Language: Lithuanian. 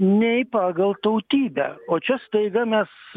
nei pagal tautybę o čia staiga mes